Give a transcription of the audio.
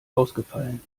ausgefallen